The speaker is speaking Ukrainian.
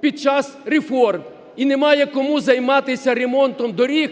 під час реформ, і немає кому займатися ремонтом доріг,